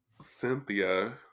Cynthia